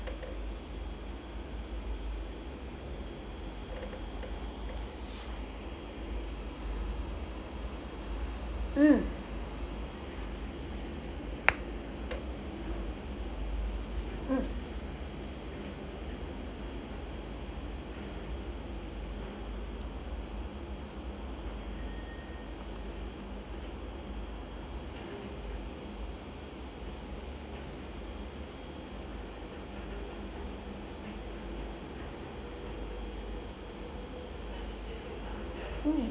mm mm mm